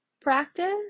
practice